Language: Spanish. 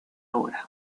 ahora